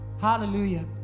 Hallelujah